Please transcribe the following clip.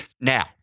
Now